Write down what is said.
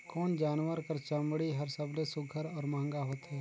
कोन जानवर कर चमड़ी हर सबले सुघ्घर और महंगा होथे?